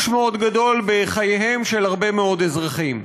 מאוד גדול בחייהם של הרבה מאוד אזרחים.